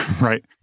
right